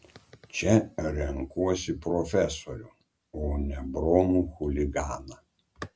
čia renkuosi profesorių o ne bromų chuliganą